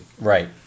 Right